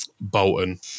Bolton